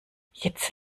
jetzt